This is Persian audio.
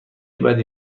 بدی